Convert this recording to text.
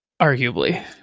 Arguably